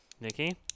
Nikki